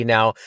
Now